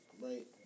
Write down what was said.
right